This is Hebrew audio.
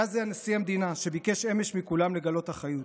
היה זה נשיא המדינה שביקש אמש מכולם לגלות אחריות.